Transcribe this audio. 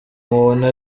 mubona